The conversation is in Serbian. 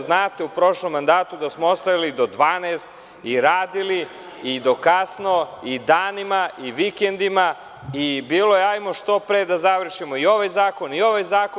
Znate, u prošlom mandatu da smo ostajali do 12 i radili i do kasno i danima i vikendima i bilo je – hajdemo što pre da završimo i ovaj zakon i ovaj zakon.